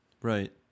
Right